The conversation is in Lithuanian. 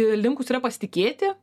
linkus yra pasitikėti